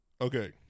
Okay